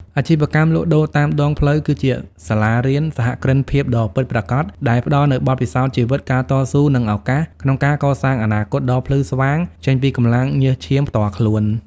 អាជីវកម្មលក់ដូរតាមដងផ្លូវគឺជាសាលារៀនសហគ្រិនភាពដ៏ពិតប្រាកដ ដែលផ្ដល់នូវបទពិសោធន៍ជីវិត ការតស៊ូ និងឱកាសក្នុងការកសាងអនាគតដ៏ភ្លឺស្វាងចេញពីកម្លាំងញើសឈាមផ្ទាល់ខ្លួន។